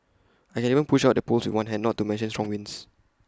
I can even push out the poles with one hand not to mention strong winds